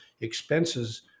expenses